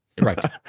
Right